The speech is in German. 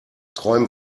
träum